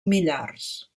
millars